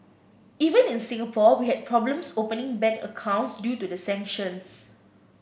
even in Singapore we had problems opening bank accounts due to the sanctions